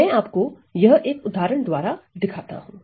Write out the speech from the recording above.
मैं आपको यह एक उदाहरण द्वारा दिखाता हूं